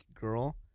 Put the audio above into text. girl